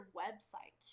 website